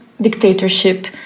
dictatorship